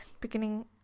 beginning